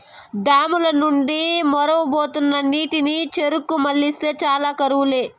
dam ల నుండి మొరవబోతున్న నీటిని చెర్లకు మల్లిస్తే చాలు కరువు లే